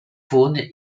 faune